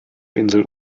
insel